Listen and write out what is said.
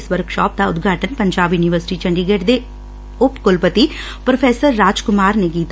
ਇਸ ਵਰਕਸ਼ਾਪ ਦਾ ਉਦਘਾਟਨ ਪੰਜਾਬ ਯੁਨੀਵਰਸਿਟੀ ਚੰਡੀਗੜ ਦੇ ਉਪ ਕੁਲਪਤੀ ਪ੍ਰੋਫੈਸਰ ਰਾਜ ਕੁਮਾਰ ਨੇ ਕੀਤਾ